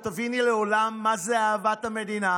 לא תביני לעולם מה זה אהבת המדינה,